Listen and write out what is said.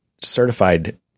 certified